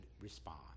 respond